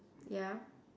ya